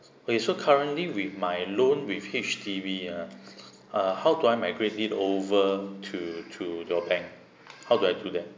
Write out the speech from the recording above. oh yes so currently with my loan with H_D_B ah uh how do I migrate it over to to your bank how do I do that